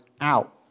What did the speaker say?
out